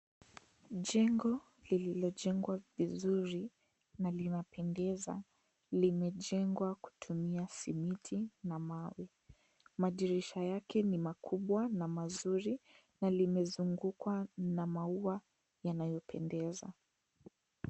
Jengo lililojengwa vizuri na linapendeza limejengwa kwa kutumia simiti na mawe, madirisha yake ni makubwa na mazuri na limezungukwa na maua yanayopendeza.